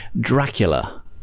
Dracula